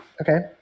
Okay